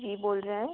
जी बोल रहे हैं